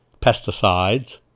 pesticides